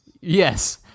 Yes